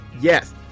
Yes